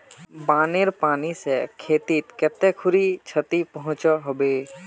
बानेर पानी से खेतीत कते खुरी क्षति पहुँचो होबे?